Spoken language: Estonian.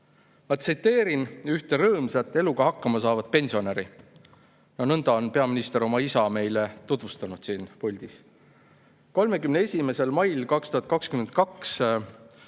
tsiteerin üht rõõmsat, eluga hakkama saavat pensionäri. Nõnda on peaminister oma isa meile tutvustanud siin puldis. 31. mail 2022,